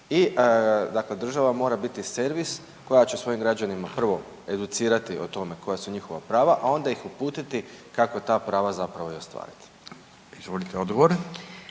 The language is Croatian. i dakle država mora biti servis koja će svojim građanima, prvo educirati o tome koja su njihova prava, a onda ih uputiti kako ta prava zapravo i ostvariti. **Radin, Furio